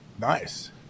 Nice